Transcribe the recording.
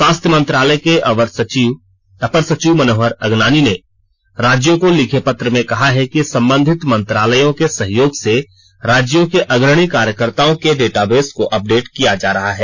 स्वास्थ्य मंत्रालय के अपर सचिव मनोहर अगनानी ने राज्यों को लिखे पत्र में कहा है कि संबंधित मंत्रालयों के सहयोग से राज्यों के अग्रणी कार्यकर्ताओं के डेटाबेस को अपडेट किया जा रहा है